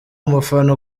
umufana